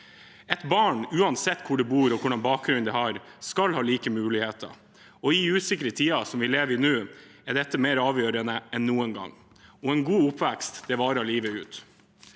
Barn, uansett hvor de bor og hvilken bakgrunn de har, skal ha like muligheter. I usikre tider som dem vi lever i nå, er dette mer avgjørende enn noen gang, og en god oppvekst varer livet ut.